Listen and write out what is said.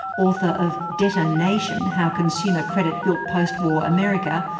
author of debtor nation how consumer credit built postwar america,